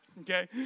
Okay